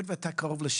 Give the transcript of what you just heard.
מדדנו רעש לאורך כבישים,